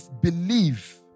believe